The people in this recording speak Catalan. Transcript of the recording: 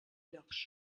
llocs